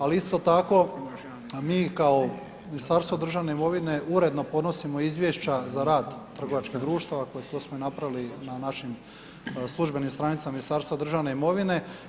Ali isto tako mi kao Ministarstvo državne imovine uredno podnosimo izvješća za rad trgovačkih društava kao što smo i napravili na našim službenim stranicama Ministarstva državne imovine.